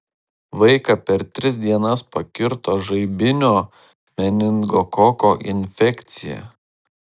vaiką per tris dienas pakirto žaibinio meningokoko infekcija